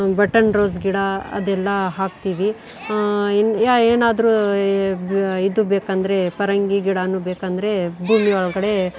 button rose ಗಿಡ ಅದೆಲ್ಲ ಹಾಕ್ತೀವಿ ಯಾ ಏನಾದರೂ ಇದು ಬೇಕಂದರೆ ಪರಂಗಿ ಗಿಡಾನು ಬೇಕಂದರೆ ಭೂಮಿ ಒಳಗಡೆ